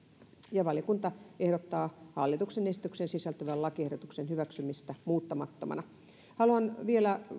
ja valiokunta ehdottaa hallituksen esitykseen sisältyvän lakiehdotuksen hyväksymistä muuttamattomana haluan vielä